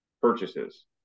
purchases